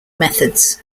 methods